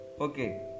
Okay